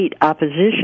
opposition